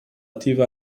ativo